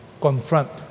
Confront